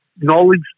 Knowledge